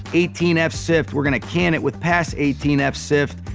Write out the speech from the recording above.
eighteen f sift, we're going to can it with pass eighteen f sift,